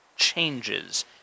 changes